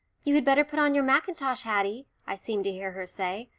you had better put on your mackintosh, haddie, i seemed to hear her say,